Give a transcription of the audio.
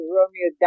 Romeo